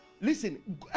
Listen